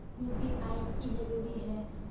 UPI की जरूरी है?